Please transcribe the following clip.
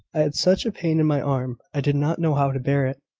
i had such a pain in my arm, i did not know how to bear it.